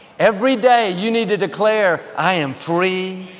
every day, you need to declare, i am free.